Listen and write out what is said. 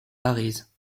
arize